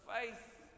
faith